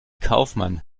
kaufmann